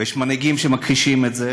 ויש מנהיגים שמכחישים את זה,